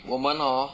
我们 hor